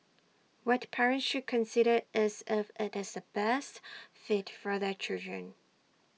what parents should consider is if IT is the best fit for their children